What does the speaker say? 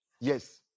Yes